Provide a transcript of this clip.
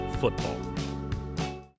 football